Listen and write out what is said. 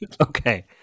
Okay